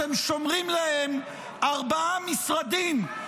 אתם שומרים להם ארבעה משרדים,